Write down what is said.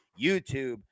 YouTube